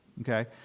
okay